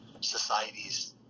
societies